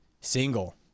single